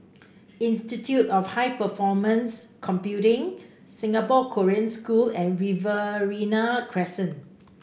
institute of High Performance Computing Singapore Korean School and Riverina Crescent